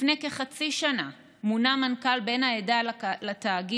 לפני כחצי שנה מונה מנכ"ל בן העדה לתאגיד,